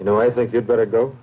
you know i think you'd better go